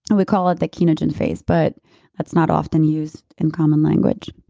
and we call it the keno gen phase, but that's not often used in common language